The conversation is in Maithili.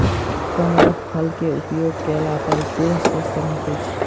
कमरख फल के उपभोग कएला पर देह स्वस्थ रहैत अछि